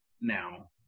now